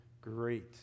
great